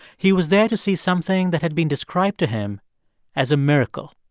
he was there to see something that had been described to him as a miracle.